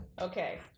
Okay